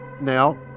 now